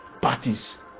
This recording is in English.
parties